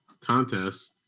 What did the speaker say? contest